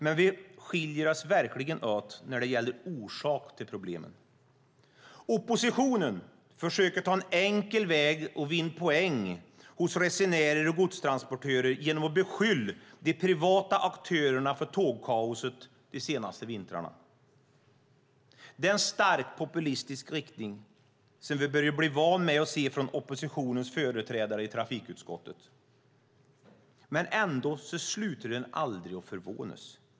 Men vi skiljer oss verkligen åt när det gäller orsak till problemen. Oppositionen försöker ta en enkel väg och vinna poäng hos resenärer och godstransportörer genom att beskylla de privata aktörerna för tågkaoset de senaste vintrarna. Detta är en starkt populistisk riktning som vi börjat bli vana vid att se från oppositionens företrädare i trafikutskottet. Men ändå slutar man aldrig att förvånas.